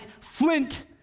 flint